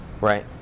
Right